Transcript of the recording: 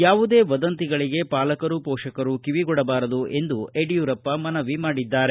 ಯಾವುದೇ ವದಂತಿಗಳಿಗೆ ಪಾಲಕರು ಪೋಷಕರು ಕಿವಿಗೊಡಬಾರದು ಎಂದು ಯಡಿಯೂರಪ್ಪ ಮನವಿ ಮಾಡಿದ್ದಾರೆ